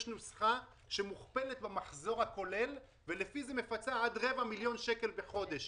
יש נוסחה שמוכפלת במחזור הכולל ולפי זה מפצה עד רבע מיליון שקל בחודש.